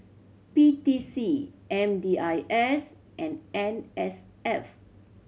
P T C M D I S and N S F